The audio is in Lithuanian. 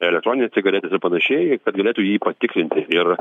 elektronines cigaretes ir panašiai kad galėtų jį patikrinti ir